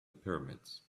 pyramids